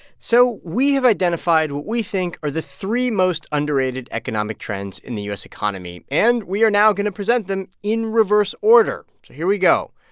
so we have identified what we think are the three most underrated economic trends in the u s. economy. and we are now going to present them in reverse order. so here we go.